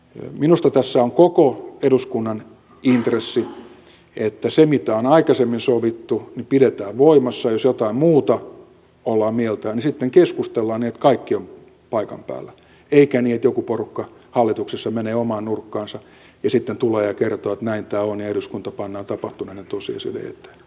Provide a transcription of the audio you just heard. minusta tässä on koko eduskunnan intressi että se mitä on aikaisemmin sovittu pidetään voimassa ja jos jotain muuta mieltä ollaan niin sitten keskustellaan niin että kaikki ovat paikan päällä eikä niin että joku porukka hallituksessa menee omaan nurkkaansa ja sitten tulee ja kertoo että näin tämä on ja eduskunta pannaan tapahtuneiden tosiasioiden eteen